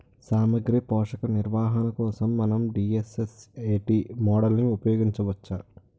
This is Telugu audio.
సామాగ్రి పోషక నిర్వహణ కోసం మనం డి.ఎస్.ఎస్.ఎ.టీ మోడల్ని ఉపయోగించవచ్చా?